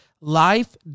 life